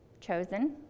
chosen